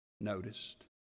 noticed